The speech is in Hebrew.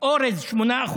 אורז, 8%,